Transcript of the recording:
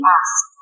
ask